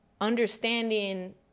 understanding